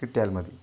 കിട്ടിയാൽ മതി